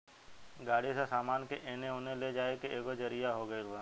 गाड़ी से सामान के एने ओने ले जाए के एगो जरिआ हो गइल बा